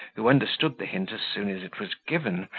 who understood the hint as soon as it was given,